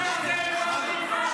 אתה לא תעשה איפה ואיפה.